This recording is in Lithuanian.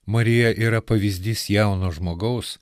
marija yra pavyzdys jauno žmogaus